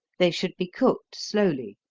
they should be cooked slowly.